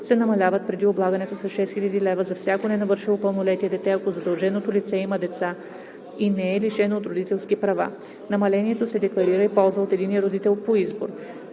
се намаляват преди облагането с 6000 лева за всяко ненавършило пълнолетие дете, ако задълженото лице има деца и не е лишено от родителски права. Намалението се декларира и ползва от единия родител по избор.